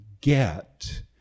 get